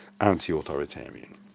anti-authoritarian